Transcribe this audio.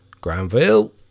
Granville